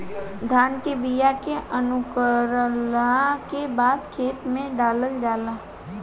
धान के बिया के अंकुरला के बादे खेत में डालल जाला